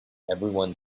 everyone